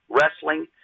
wrestling